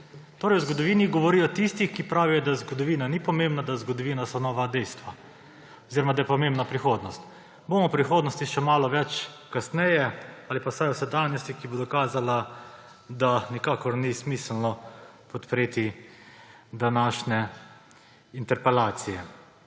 Torej o zgodovini govorijo tisti, ki pravijo, da zgodovina ni pomembna, da zgodovina so nova dejstva oziroma da je pomembna prihodnost. Bom o prihodnosti še malo več kasneje – ali pa vsaj o sedanjosti –, ki bo dokazala, da nikakor ni smiselno podpreti današnje interpelacije.